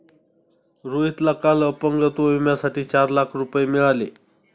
रोहितला काल अपंगत्व विम्यासाठी चार लाख रुपये मिळाले